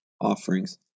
offerings